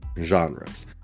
genres